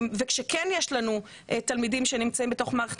כשכן יש לנו תלמידים שנמצאים בתוך מערכת